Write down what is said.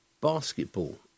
Basketball